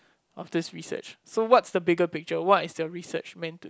of this research so what's the bigger picture what is the research meant to